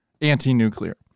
anti-nuclear